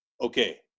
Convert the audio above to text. okay